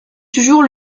toujours